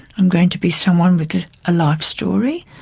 i'm going to be someone with a life story,